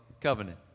covenant